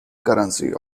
currency